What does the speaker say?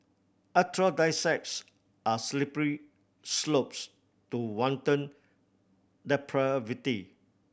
aphrodisiacs are slippery slopes to wanton depravity